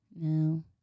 No